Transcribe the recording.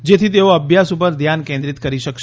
જેથી તેઓ અભ્યાસ ઉપર ધ્યાન કેન્દ્રિત કરી શકશે